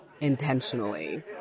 intentionally